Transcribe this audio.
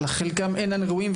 חלקם אינם ראויים,